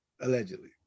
allegedly